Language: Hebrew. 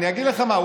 אני אגיד לך מה,